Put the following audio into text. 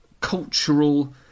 cultural